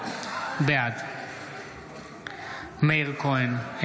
בעד מאיר כהן,